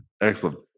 Excellent